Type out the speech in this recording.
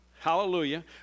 hallelujah